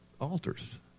altars